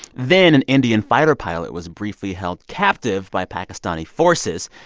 then an indian fighter pilot was briefly held captive by pakistani forces.